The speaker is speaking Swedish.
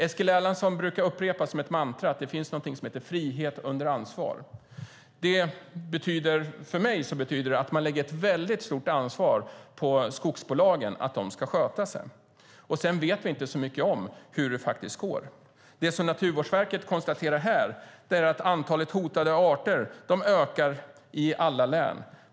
Eskil Erlandsson brukar upprepa som ett mantra att det finns något som heter frihet under ansvar. För mig betyder det att man lägger ett stort ansvar på att skogsbolagen ska sköta sig. Sedan vet vi inte hur det faktiskt går. Naturvårdsverket konstaterar att antalet hotade arter ökar i alla län.